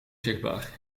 zichtbaar